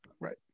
Right